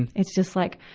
and it's just like,